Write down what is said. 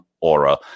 aura